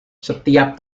setiap